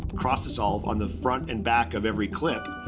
cross dissolve on the front and back of every clip.